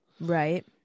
Right